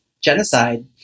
genocide